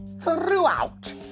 throughout